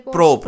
Pro